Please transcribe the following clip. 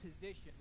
position